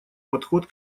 подход